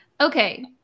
Okay